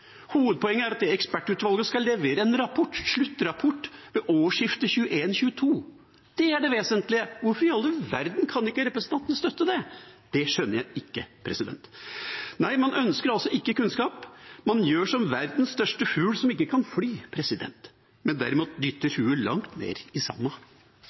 hovedpoenget med dette forslaget. Hovedpoenget er at ekspertutvalget skal levere en sluttrapport ved årsskiftet 2021–2022. Det er det vesentlige. Hvorfor i all verden kan ikke representantene støtte det? Det skjønner jeg ikke. Nei, man ønsker altså ikke kunnskap. Man gjør som verdens største fugl, som ikke kan fly, men derimot dytter huet langt ned i